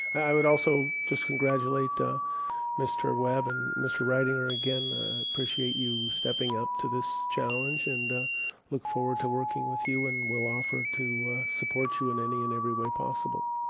i would also just congratulate mr. webb and mr. reitinger again appreciate you stepping up to this challenge and look forward to working with you and will offer to support you in any and every way possible